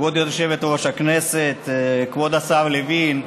כבוד היושבת-ראש, הכנסת, כבוד השר לוין,